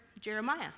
Jeremiah